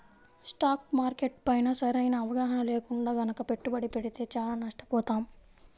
stock market పైన సరైన అవగాహన లేకుండా గనక పెట్టుబడి పెడితే చానా నష్టపోతాం